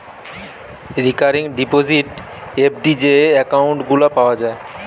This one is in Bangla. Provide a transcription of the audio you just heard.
রিকারিং ডিপোজিট, এফ.ডি যে একউন্ট গুলা পাওয়া যায়